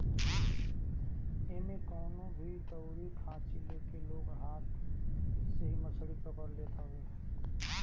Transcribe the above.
एमे कवनो भी दउरी खाची लेके लोग हाथ से ही मछरी पकड़ लेत हवे